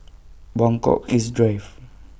Buangkok East Drive